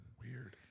weird